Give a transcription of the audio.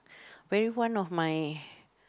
very one of my